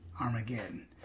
Armageddon